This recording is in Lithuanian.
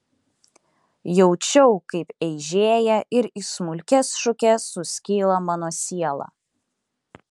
jaučiau kaip eižėja ir į smulkias šukes suskyla mano siela